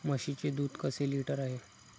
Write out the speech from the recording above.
म्हशीचे दूध कसे लिटर आहे?